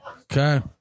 Okay